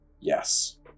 yes